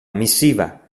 missiva